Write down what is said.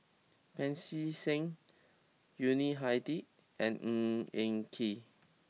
Pancy Seng Yuni Hadi and Ng Eng Kee